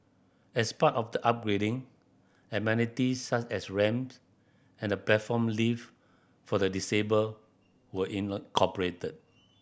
as part of the upgrading amenities such as ramps and a platform lift for the disabled were